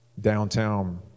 downtown